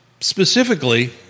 specifically